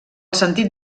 sentit